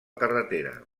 carretera